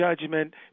judgment